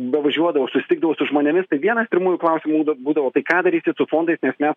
bevažiuodavau susitikdavau su žmonėmis tai vienas pirmųjų klausimų būdavo tai ką darysit su fondais nes mes